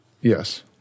Yes